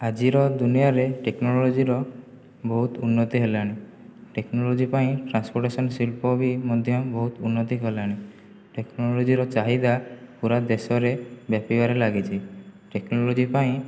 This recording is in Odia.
ଆଜିର ଦୁନିଆରେ ଟେକ୍ନୋଲୋଜିର ବହୁତ ଉନ୍ନତି ହେଲାଣି ଟେକ୍ନୋଲୋଜି ପାଇଁ ଟ୍ରାନ୍ସପୋଟେସନ ଶିଳ୍ପ ବି ମଧ୍ୟ ବହୁତ ଉନ୍ନତି କଲାଣି ଟେକ୍ନୋଲୋଜିର ଚାହିଦା ପୁରା ଦେଶରେ ବ୍ୟାପିବାରେ ଲାଗିଛି ଟେକ୍ନୋଲୋଜି ପାଇଁ